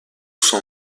son